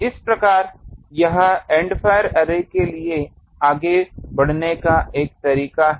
इस प्रकार यह एंड फायर अर्रे के लिए आगे बढ़ने का एक तरीका है